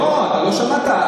לא, אבל לא שמעת.